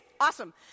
awesome